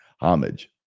homage